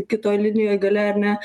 kitoj linijoj gale ar ne